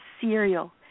cereal